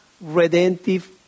redemptive